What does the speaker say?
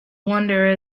wander